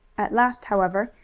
at last, however,